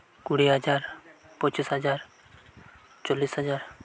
ᱠᱩᱲᱤ ᱦᱟᱡᱟᱨ ᱯᱚᱸᱪᱤᱥ ᱦᱟᱡᱟᱨ ᱪᱚᱞᱞᱤᱥ ᱦᱟᱡᱟᱨ